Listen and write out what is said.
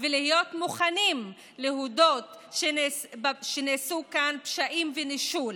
ולהיות מוכנים להודות שנעשו כאן פשעים ונישול.